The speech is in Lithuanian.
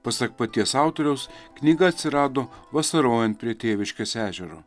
pasak paties autoriaus knyga atsirado vasarojant prie tėviškės ežero